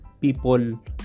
people